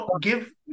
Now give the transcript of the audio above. give